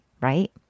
right